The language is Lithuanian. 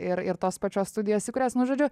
ir ir tos pačios studijos įkūrėjas nu žodžiu